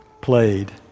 played